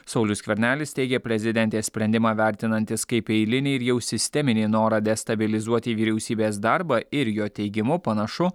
saulius skvernelis teigė prezidentės sprendimą vertinantis kaip eilinį ir jau sisteminį norą destabilizuoti vyriausybės darbą ir jo teigimu panašu